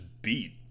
beat